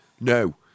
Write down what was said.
No